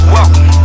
Welcome